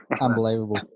unbelievable